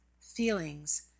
feelings